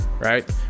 right